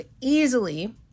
easily